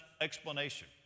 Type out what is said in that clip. explanation